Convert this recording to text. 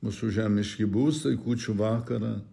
mūsų žemiški būstai kūčių vakarą